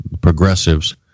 progressives